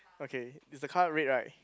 okay is the car red right